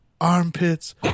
armpits